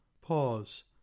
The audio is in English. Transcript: Pause